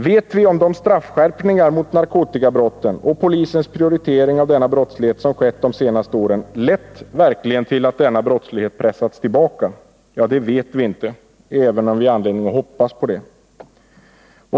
Vet vi om de straffskärpningar mot narkotikabrotten och polisens prioritering av bekämpningen av denna brottslighet som förekommit de senaste åren verkligen lett till att denna brottslighet pressats tillbaka? Nej. det vet vi inte, även om vi har anledning att hoppas på det.